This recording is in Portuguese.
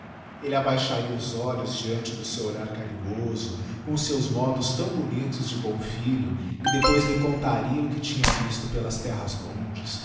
elle abaixaria os olhos deante do seu olhar carinhoso com os seus modos tão bonitos de bom filho e depois lhe contaria o que tinha visto pelas terras longes